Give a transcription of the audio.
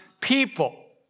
people